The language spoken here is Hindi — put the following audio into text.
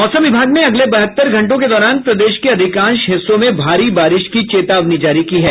मौसम विभाग ने अगले बहत्तर घंटों के दौरान प्रदेश के अधिकांश हिस्सों में भारी बारिश की चेतावनी जारी की है